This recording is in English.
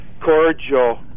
cordial